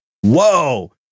whoa